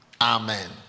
Amen